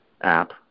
app